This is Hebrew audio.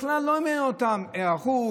בכלל לא מעניינת אותם היערכות,